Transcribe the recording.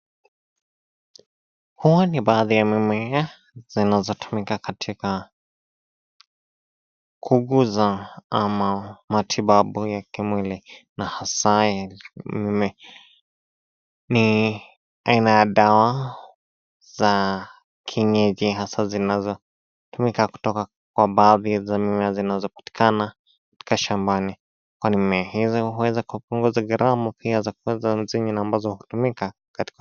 Huwa ni baadhi ya mimea zinazotumika katika kuuguza ama matibabu ya kimwili na hasa ni aina ya dawa za kienyeji, hasa zinazotumika kutoka kwa baadhi za mimea zinazopatikana katika shamabani kwani mimea hizi huweza kupunguza gharama pia zakuweza ambazo hutumika katika.